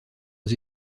aux